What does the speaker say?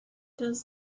does